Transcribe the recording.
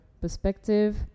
perspective